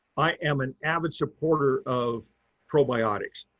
i am an avid supporter of probiotics.